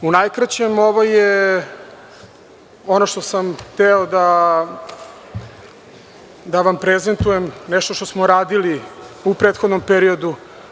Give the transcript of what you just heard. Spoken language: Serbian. U najkraćem ovo je ono što sam hteo da vam prezentujem nešto što smo radili u prethodnom periodu.